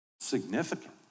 Significant